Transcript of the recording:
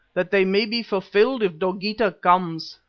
that they may be fulfilled if dogeetah comes,